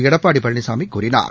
எடப்பாடிபழனிசாமிகூறினார்